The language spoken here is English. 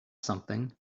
something